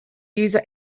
user